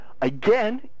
again